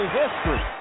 history